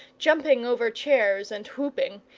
jumping over chairs, and whooping.